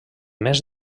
mes